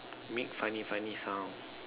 make funny funny sounds